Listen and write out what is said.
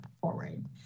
forward